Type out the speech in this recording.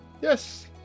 yes